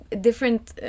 different